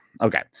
okay